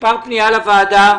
מספר פנייה לוועדה